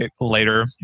later